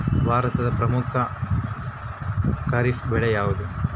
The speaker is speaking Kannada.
ಭಾರತದ ಪ್ರಮುಖ ಖಾರೇಫ್ ಬೆಳೆ ಯಾವುದು?